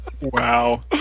Wow